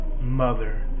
mother